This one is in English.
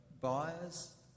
buyers